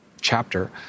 chapter